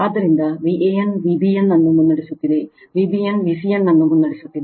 ಆದ್ದರಿಂದ Van Vbn ಅನ್ನು ಮುನ್ನಡೆಸುತ್ತಿದೆ Vbn Vcn ಅನ್ನು ಮುನ್ನಡೆಸುತ್ತಿದೆ